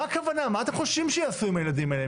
מה אתם חוששים שיעשו עם הילדים האלה?